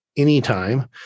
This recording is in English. Anytime